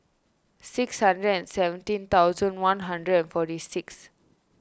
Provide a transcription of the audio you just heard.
six hundred and seventeen thousand one hundred and forty six